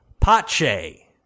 Pache